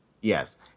Yes